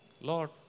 Lord